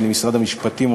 ולמשרד המשפטים,